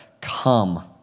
come